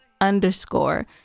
underscore